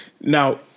Now